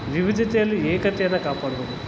ವಿವಿಧತೆಯಲ್ಲಿ ಏಕತೆಯನ್ನು ಕಾಪಾಡ್ಕೋಬೇಕು